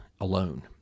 alone